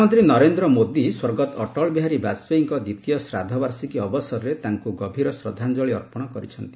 ପ୍ରଧାନମନ୍ତ୍ରୀ ନରେନ୍ଦ୍ର ମୋଦି ସ୍ୱର୍ଗତ ଅଟଳ ବିହାରୀ ବାଜପୟୀଙ୍କ ଦ୍ୱିତୀୟ ଶ୍ରାଦ୍ଧବାର୍ଷିକୀ ଅବସରରେ ତାଙ୍କୁ ଗଭୀର ଶ୍ରଦ୍ଧାଞ୍ଚଳି ଅର୍ପଣ କରିଛନ୍ତି